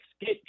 get